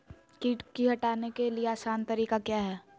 किट की हटाने के ली आसान तरीका क्या है?